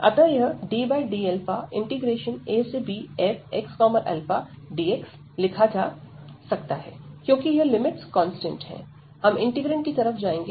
अतः यह ddαabfxαdx लिखा जा सकता है क्योंकि यह लिमिट्स कांस्टेंट है हम इंटीग्रैंड की तरफ जाएंगे